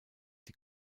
die